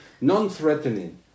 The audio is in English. non-threatening